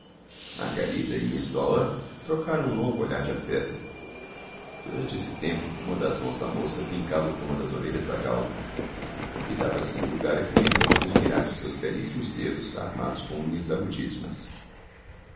margarida e miss dollar trocaram um longo olhar de afeto durante esse tempo uma das mãos da moça brincava com uma das orelhas da galga e dava assim lugar a que mendonça admirasse os seus belíssimos dedos armados com unhas agudíssimas